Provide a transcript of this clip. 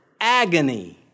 Agony